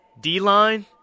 D-line